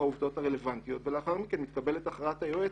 העובדות הרלוונטיות ולאחר מכן מתקבלת הכרעת היועץ.